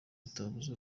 bitabuza